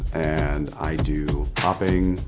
and i do popping,